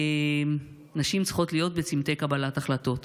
נשים צריכות להיות בצומתי קבלת החלטות.